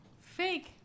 fake